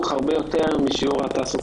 הרבה יותר משיעור תעסוקה של נשים חרדיות.